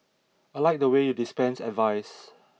I liked the way you dispensed advice